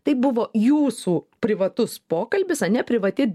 taip buvo jūsų privatus pokalbis ane privati